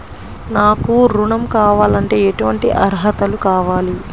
నాకు ఋణం కావాలంటే ఏటువంటి అర్హతలు కావాలి?